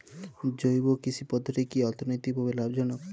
জৈব কৃষি পদ্ধতি কি অর্থনৈতিকভাবে লাভজনক?